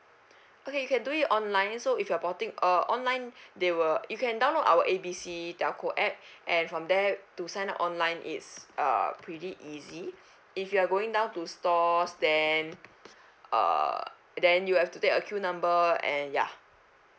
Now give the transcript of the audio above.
okay you can do it online so if you're porting uh online they will you can download our A B C telco app and from there to sign up online is err pretty easy if you are going down to stores then err then you have to take a queue number and ya